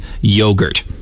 yogurt